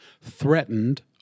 Threatened